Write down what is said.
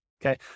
Okay